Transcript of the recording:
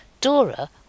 Dora